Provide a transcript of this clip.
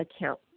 account